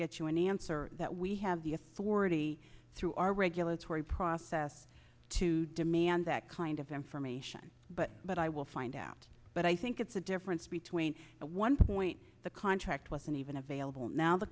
get you an answer that we have the authority through our regulatory process to demand that kind of them from a shine but but i will find out but i think it's a difference between one point the contract wasn't even available now the